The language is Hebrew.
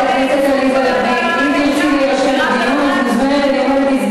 אבל אני חושב שיש לך כוונות קצת הרבה מעבר.